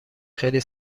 خیلی